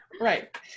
right